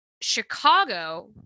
Chicago